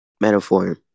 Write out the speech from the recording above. metaphor